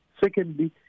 Secondly